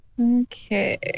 Okay